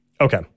Okay